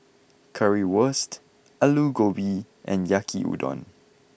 Currywurst Alu Gobi and Yaki udon